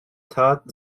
tat